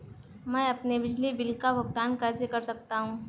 मैं अपने बिजली बिल का भुगतान कैसे कर सकता हूँ?